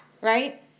right